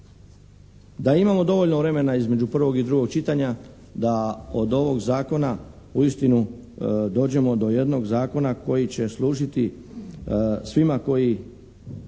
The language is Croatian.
da imamo dovoljno vremena između prvog i drugog čitanja da od ovog zakona uistinu dođemo do jednog zakona koji će služiti svima koji